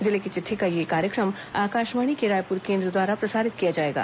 जिले की चिट्ठी का यह कार्यक्रम आकाशवाणी के रायपुर केंद्र द्वारा प्रसारित किया जाएगा